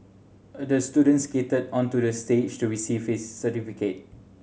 the student skated onto the stage to receive his certificate